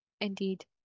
Indeed